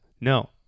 No